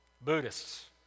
Buddhists